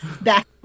back